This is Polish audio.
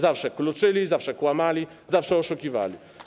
Zawsze kluczyli, zawsze kłamali, zawsze oszukiwali.